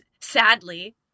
Sadly